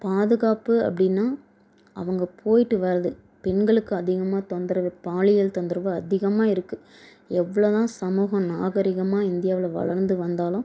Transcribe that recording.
பாதுகாப்பு அப்படின்னா அவங்க போய்ட்டு வர்றது பெண்களுக்கு அதிகமாக தொந்தரவு பாலியல் தொந்தரவு அதிகமாக இருக்குது எவ்வளோ தான் சமூகம் நாகரிகமாக இந்தியாவில் வளர்ந்து வந்தாலும்